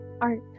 Art